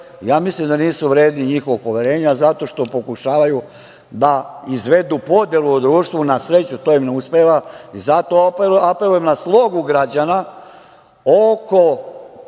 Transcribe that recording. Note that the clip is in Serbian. mislim da nisu vredni njihovog poverenja zato što pokušavaju da izvedu podelu u društvu. Na sreću, to im ne uspeva i zato apelujem na slogu građana oko,